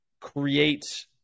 create